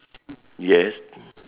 yes